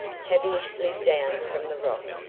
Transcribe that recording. tavia slid down from the rock,